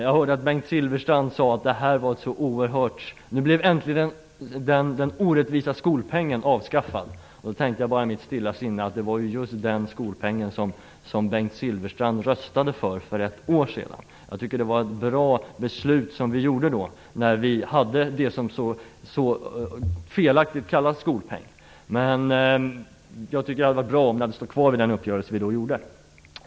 Jag hörde att Bengt Silfverstrand sade att den orättvisa skolpengen äntligen blir avskaffad. Då tänkte jag i mitt stilla sinne att Bengt Silfverstrand röstade för just den skolpengen för ett år sedan. Jag tycker att det var ett bra beslut som vi fattade kring det som så felaktigt kallas skolpeng, men det hade varit bra om vi hade stått kvar vid den uppgörelse vi då träffade.